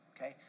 Okay